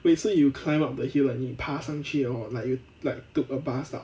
wait so you climb up the hill like you 爬上去 or like you like took a bus up